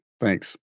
Thanks